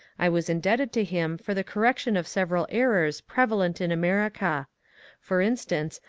i was in debted to him for the correction of several errors prevalent in america for instance,